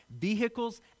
Vehicles